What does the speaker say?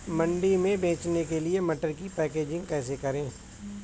मंडी में बेचने के लिए मटर की पैकेजिंग कैसे करें?